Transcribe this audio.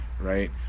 right